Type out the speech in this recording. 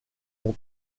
ont